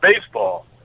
baseball